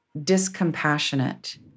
discompassionate